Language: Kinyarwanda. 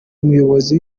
umuyobozi